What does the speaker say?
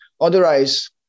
Otherwise